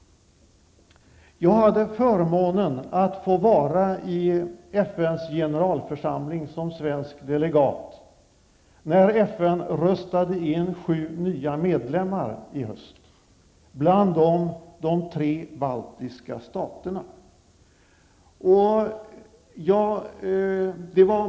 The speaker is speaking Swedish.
Jag hade förmånen att som svensk delegat få vara i FNs generalförsamling då FN i höstas röstade in sju nya medlemmar. Bland dessa finns de tre baltiska staterna.